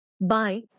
Bye